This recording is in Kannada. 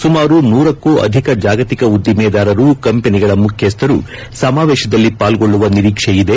ಸುಮಾರು ನೂರಕೂ ಅಧಿಕ ಜಾಗತಿಕ ಉದ್ದಿಮೆದಾರರು ಕಂಪನಿಗಳ ಮುಖ್ಯಸ್ಥರು ಸಮಾವೇತದಲ್ಲಿ ಪಾಲ್ಗೊಳ್ಳುವ ನಿರೀಕ್ಷೆಯಿದೆ